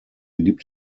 gibt